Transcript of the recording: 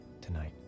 tonight